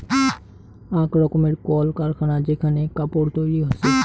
আক রকমের কল কারখানা যেখানে কাপড় তৈরী হসে